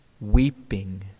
Weeping